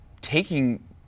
taking